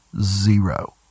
Zero